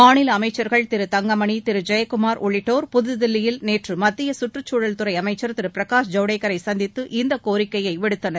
மாநில அமைச்சர்கள் திரு தங்கமணி திரு ஜெயக்குமார் உள்ளிட்டோர் புதுதில்லியில் நேற்று மத்திய சுற்றுச்சூழல்துறை அமைச்சர் திரு பிரகாஷ் ஜவடேகரை சந்தித்து இந்தக் கோரிக்கையை விடுத்தனர்